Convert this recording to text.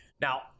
Now